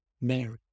Mary